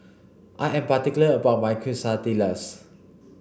I am particular about my Quesadillas